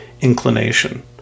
inclination